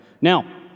Now